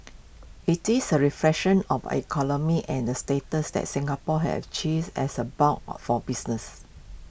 IT is A reflection of our economy and the status that Singapore have achieved as A hub or for business